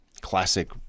classic